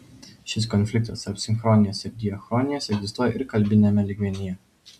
šis konfliktas tarp sinchronijos ir diachronijos egzistuoja ir kalbiniame lygmenyje